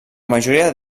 majoria